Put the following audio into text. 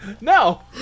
No